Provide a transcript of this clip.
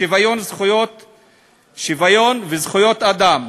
שוויון וזכויות אדם,